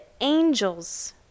angels